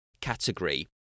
category